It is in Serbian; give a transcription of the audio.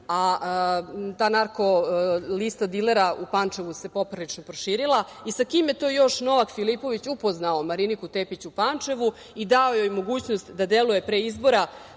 ta narko lista dilera u Pančevu se poprilično proširila, i sa kim je to još Novak Filipović upoznao Mariniku Tepić u Pančevu i dao joj mogućnost da deluje pre izbora